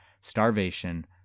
starvation